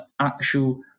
actual